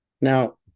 Now